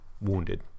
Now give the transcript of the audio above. Wounded